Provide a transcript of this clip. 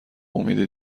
امید